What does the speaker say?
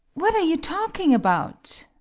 what are you talking about?